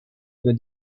für